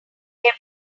give